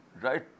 right